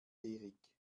erik